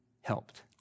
helped